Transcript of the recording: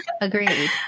Agreed